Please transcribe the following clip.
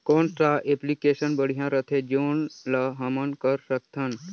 कौन सा एप्लिकेशन बढ़िया रथे जोन ल हमन कर सकथन?